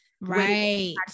right